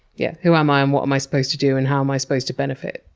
yeah, who am i and what am i supposed to do and how am i supposed to benefit?